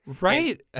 Right